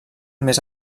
més